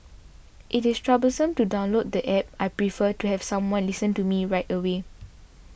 it is troublesome to download the App I prefer to have someone listen to me right away